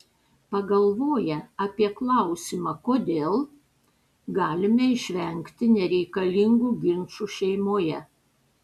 pagalvoję apie klausimą kodėl galime išvengti nereikalingų ginčų šeimoje